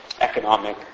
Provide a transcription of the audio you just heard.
economic